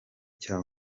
cya